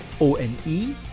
O-N-E